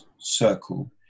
circle